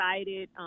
excited